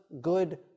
good